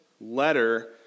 letter